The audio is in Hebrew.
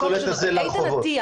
איתן אטיה,